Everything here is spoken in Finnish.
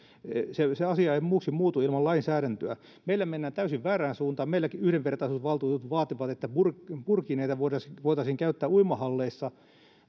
se se asia ei muuksi muutu ilman lainsäädäntöä meillä mennään täysin väärään suuntaan meillä yhdenvertaisuusvaltuutetut vaativat että burkineita voitaisiin käyttää uimahalleissa